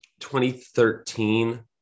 2013